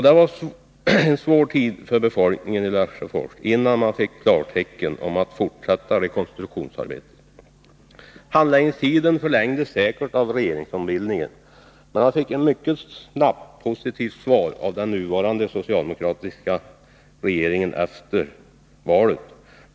Det var en svårt tid för befolkningen i Lesjöfors innan man fick klartecken för att fortsätta rekonstruktionsarbetet. Handläggningstiden förlängdes säkert av regeringsombildningen, men man fick ett mycket snabbt positivt svar av den nuvarande socialdemokratiska regeringen efter valet.